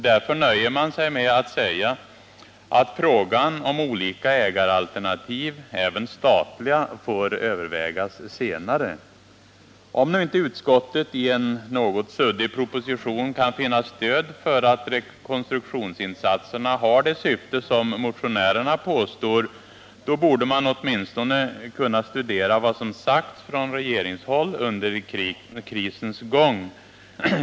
Därför nöjer man sig med att säga att frågan om olika ägaralternativ — även statliga — får övervägas senare. Om nu inte utskottet i en något suddig proposition kan finna stöd för att rekonstruktionsinsatserna har det syfte som motionärerna påstår, borde man åtminstone kunna studera vad som sagts från regeringshåll under krisens gång.